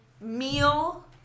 meal